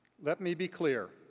let me be clear.